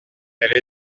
elle